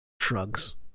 Shrugs